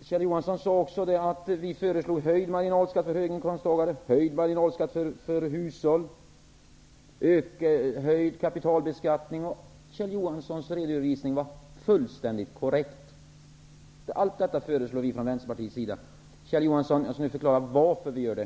Kjell Johansson sade att vi föreslår höjd marginalskatt för höginkomsttagare, höjd marginalskatt för hushåll och ökad kapitalbeskattning. Kjell Johanssons redovisning var fullständigt korrekt. Allt detta föreslår vi från Kjell Johansson, jag skall nu förklara varför vi gör det.